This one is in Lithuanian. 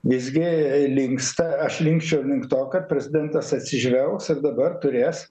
visgi linksta aš linkčiau link to kad prezidentas atsižvelgs ir dabar turės